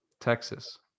Texas